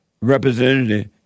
Representative